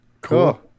Cool